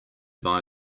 buy